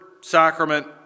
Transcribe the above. sacrament